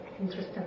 interesting